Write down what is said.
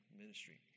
ministry